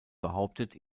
behauptet